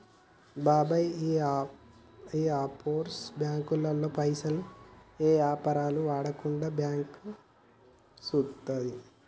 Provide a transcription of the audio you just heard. బాబాయ్ ఈ ఆఫ్షోర్ బాంకుల్లో పైసలు ఏ యాపారాలకు వాడకుండా ఈ బాంకు సూత్తది